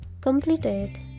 completed